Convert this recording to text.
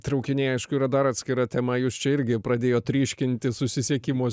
traukiniai aišku yra dar atskira tema jūs čia irgi pradėjot ryškinti susisiekimo